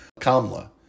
Kamla